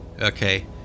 Okay